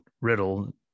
riddle